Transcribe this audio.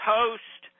Post